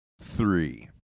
three